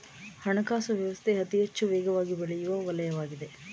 ಹಣಕಾಸು ವ್ಯವಸ್ಥೆ ಅತಿಹೆಚ್ಚು ವೇಗವಾಗಿಬೆಳೆಯುವ ವಲಯವಾಗಿದೆ